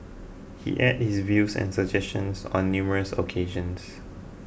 he aired his views and suggestions on numerous occasions